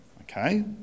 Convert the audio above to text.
okay